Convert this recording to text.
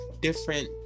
different